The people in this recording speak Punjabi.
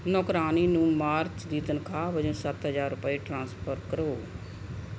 ਨੌਕਰਾਣੀ ਨੂੰ ਮਾਰਚ ਦੀ ਤਨਖਾਹ ਵਜੋਂ ਸੱਤ ਹਜ਼ਾਰ ਰੁਪਏ ਟ੍ਰਾਂਸਫਰ ਕਰੋ